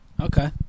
Okay